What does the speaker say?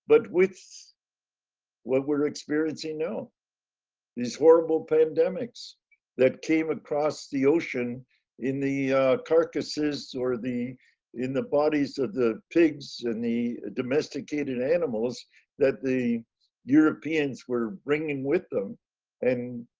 but with what we're experiencing now these horrible pandemics that came across the ocean in the carcasses or the in the bodies of the pigs and the domesticated animals that the europeans were bringing with them and